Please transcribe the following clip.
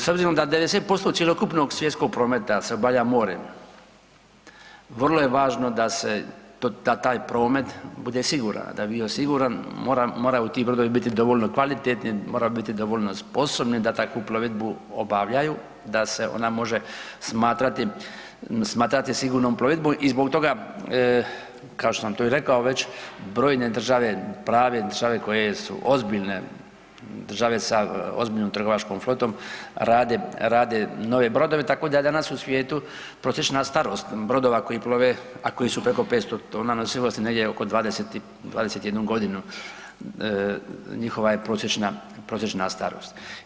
S obzirom da 90% cjelokupnog svjetskog prometa se obavlja morem vrlo je važno da se, da taj promet bude siguran, a da bi bio siguran moraju ti brodovi biti dovoljno kvalitetni, moraju biti dovoljno sposobni da takvu plovidbu obavljaju, da se ona može smatrati, smatrati sigurnom plovidbom i zbog toga kao što sam to i rekao već brojne države prave …/nerazumljivo/… koje su ozbiljne države sa ozbiljnom trgovačkom flotom, rade, rade nove brodove tako da je danas u svijetu prosječna starost brodova koji plove, a koji su preko 500 tona nosivosti negdje oko 21 godinu njihova je prosječna, prosječna starost.